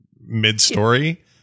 mid-story